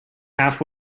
half